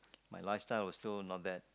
my lifestyle was still not bad